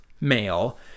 male